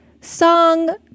song